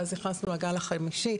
ואז נכנסנו לגל החמישי,